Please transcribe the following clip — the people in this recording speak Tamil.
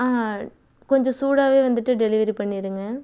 கொஞ்சம் சூடாகவே வந்துவிட்டு டெலிவரி பண்ணிருங்க